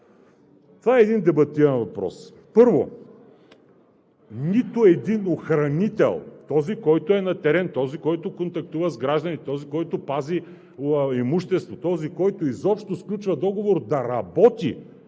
това е един дебатиран въпрос. Първо, нито един охранител – този, който е на терен, този, който контактува с гражданите, този, който пази имущество, този, който изобщо сключва договор да работи